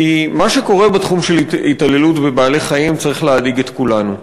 כי מה שקורה בתחום של התעללות בבעלי-חיים צריך להדאיג את כולנו.